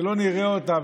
שלא נראה אותם,